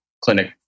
clinic